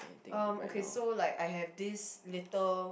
um okay so like I have this little